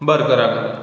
बरं करा